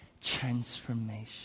Transformation